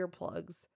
earplugs